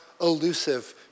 elusive